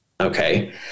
Okay